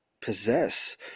possess